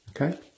Okay